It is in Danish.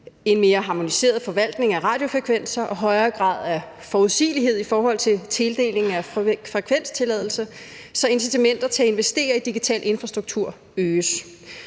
en mere harmoniseret forvaltning af radiofrekvenser og højere grad af forudsigelighed i forhold til tildeling af frekvenstilladelser, så incitamenter til at investere i digital infrastruktur øges;